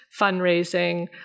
fundraising